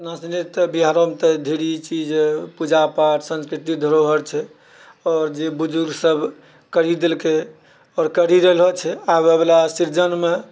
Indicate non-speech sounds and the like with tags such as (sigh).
अपना (unintelligible) तऽ बिहारोमे तऽ ढ़ेरी चीज पूजा पाठ सांस्कृतिक धरोहर छै आओर जे बुजुर्ग सब करी देलकै आओर करी रहलो छै आबैवला सृजनमे